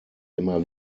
immer